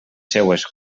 seues